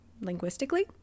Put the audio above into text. Linguistically